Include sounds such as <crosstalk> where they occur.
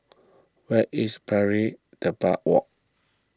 where is Pari <unintelligible> Walk